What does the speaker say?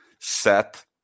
set